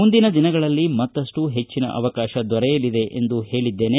ಮುಂದಿನ ದಿನಗಳಲ್ಲಿ ಮತ್ತಷ್ಟು ಹೆಚ್ಚಿನ ಅವಕಾಶ ದೊರೆಯಲಿದೆ ಎಂದು ಹೇಳದ್ದೇನೆ